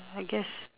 I guess